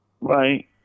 right